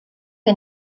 que